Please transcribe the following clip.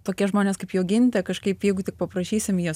tokie žmonės kaip jogintė kažkaip jeigu tik paprašysim jie